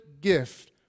gift